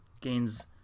gains